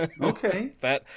okay